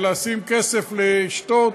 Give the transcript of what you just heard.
לשים כסף ולשתות,